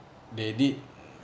they did